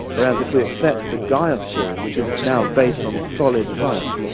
whereas if we accept the gaia story, which is now based on solid science,